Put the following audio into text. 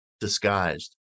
disguised